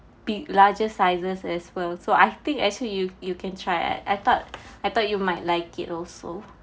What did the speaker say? fit larger sizes as well so I think actually you you can try eh I thought I thought you might like it also